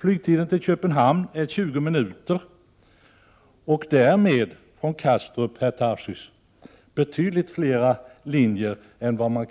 Flygtiden till Köpenhamn är 20 minuter, och därmed har Karlskrona från Kastrup tillgång till betydligt fler linjer än vad